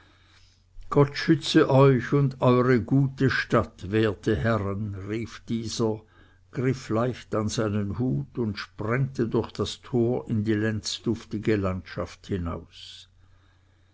gott schütze euch und eure gute stadt werte herren rief dieser griff leicht an seinen hut und sprengte durch das tor in die lenzduftige landschaft hinaus